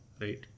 Right